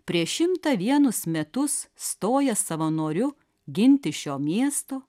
prieš šimtą vienus metus stojęs savanoriu ginti šio miesto